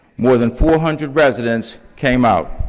more than four hundred residents came out.